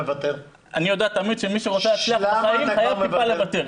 אני יודע תמיד שמי שרוצה להצליח בחיים חייב טיפה לוותר.